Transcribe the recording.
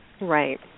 Right